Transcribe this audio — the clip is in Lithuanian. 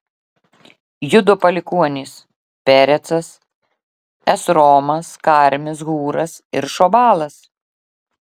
judo palikuonys perecas esromas karmis hūras ir šobalas